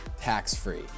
tax-free